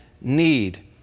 need